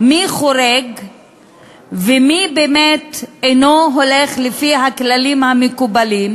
מי חורג ומי באמת אינו הולך לפי הכללים המקובלים,